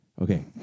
Okay